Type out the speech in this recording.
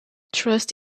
trust